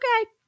Okay